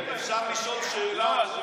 אדוני היושב-ראש, אפשר לשאול שאלה?